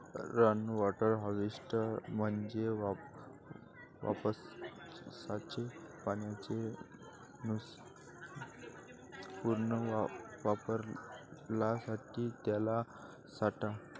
rain water harvesting म्हणजे पावसाच्या पाण्याच्या पुनर्वापरासाठी त्याचा साठा